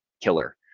killer